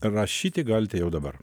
rašyti galite jau dabar